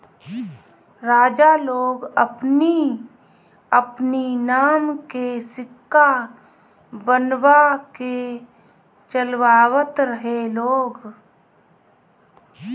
राजा लोग अपनी अपनी नाम के सिक्का बनवा के चलवावत रहे लोग